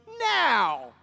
now